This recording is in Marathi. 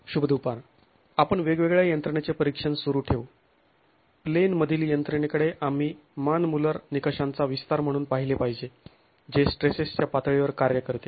शुभ दुपार आपण वेगवेगळ्या यंत्रणेचे परीक्षण सुरू ठेवू प्लेन मधील यंत्रणेकडे आम्ही मान मुल्लर निकषांचा विस्तार म्हणून पाहिले पाहिजे जे स्ट्रेसेसच्या पातळीवर कार्य करते